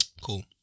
Cool